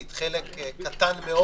לא פגיעה בחרדים ולא ניסיון לפגוע